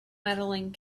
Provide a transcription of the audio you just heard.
medaling